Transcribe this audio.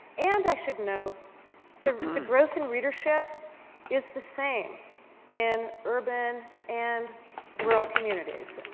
and i should note the the growth in readership is the same in urban and rural communities,